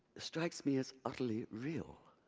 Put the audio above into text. strikes me as utterly real!